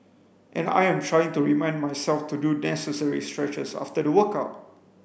and I am trying to remind myself to do necessary stretches after the workout